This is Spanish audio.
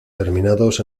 terminados